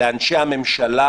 לאנשי הממשלה,